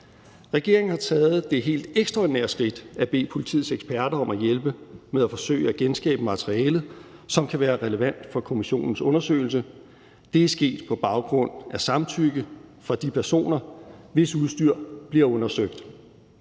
Regeringen har taget det helt ekstraordinære skridt at bede politiets eksperter om at hjælpe med at forsøge at genskabe materiale, som kan være relevant for kommissionens undersøgelse. Det er sket på baggrund af samtykke fra de personer, hvis udstyr bliver undersøgt.